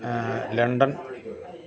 London